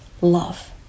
Love